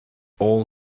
all